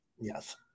yes